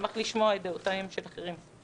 ואשמח לשמוע דעות של אחרים.